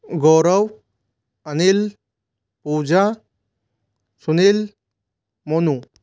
Gaurav Anil Pooja Sunil Monu